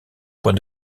point